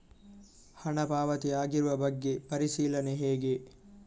ಹಣ ಪಾವತಿ ಆಗಿರುವ ಬಗ್ಗೆ ಪರಿಶೀಲನೆ ಹೇಗೆ?